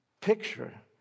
picture